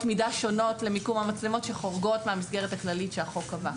מידה שונות למיקום המצלמות שחורגות מהמסגרת הכללית שהחוק קבע.